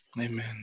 Amen